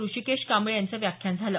ऋषिकेश कांबळे यांचं व्याख्यान झालं